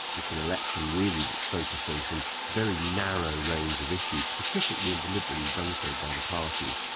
it's an election really that's focused on some very narrow range of issues, specifically and deliberately done so by the parties.